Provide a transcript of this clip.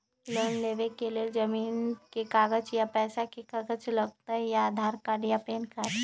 Loan लेवेके लेल जमीन के कागज या पेशा के कागज लगहई या आधार कार्ड या पेन कार्ड?